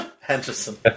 Henderson